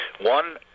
One